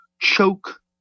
choke